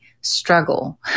struggle